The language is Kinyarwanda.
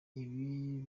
ibi